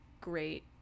great